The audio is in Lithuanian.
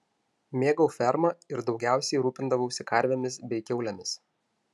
mėgau fermą ir daugiausiai rūpindavausi karvėmis bei kiaulėmis